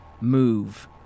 move